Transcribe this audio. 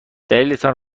دلیلتان